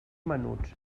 menuts